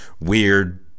weird